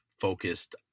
focused